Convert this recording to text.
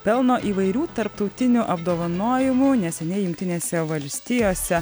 pelno įvairių tarptautinių apdovanojimų neseniai jungtinėse valstijose